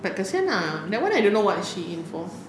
but kasihan ah that one I don't know what she in for